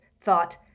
thought